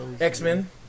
X-Men